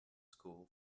school